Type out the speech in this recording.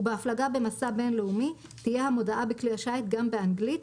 ובהפלגה במסע בין-לאומי תהיה המודעה בכלי השיט גם באנגלית,